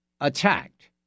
attacked